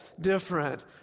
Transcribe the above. different